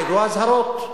היו אזהרות.